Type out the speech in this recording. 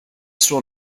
suo